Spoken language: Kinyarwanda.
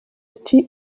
ati